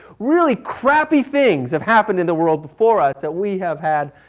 really crappy things have happened in the world before us that we have had,